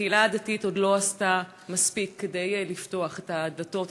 הקהילה הדתית עוד לא עשתה מספיק כדי לפתוח את הדלתות,